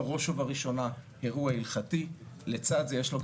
אני לא אמרתי לא להביא בשר לא כשר, אמרתי שגם בזה